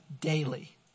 daily